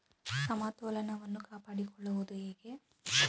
ಸಮತೋಲನವನ್ನು ಕಾಪಾಡಿಕೊಳ್ಳುವುದು ಹೇಗೆ?